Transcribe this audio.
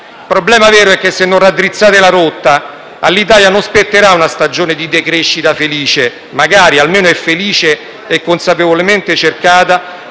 Il problema vero è che se non raddrizzate la rotta all'Italia non spetterà una stagione di decrescita felice (magari, almeno sarebbe felice e consapevolmente cercata)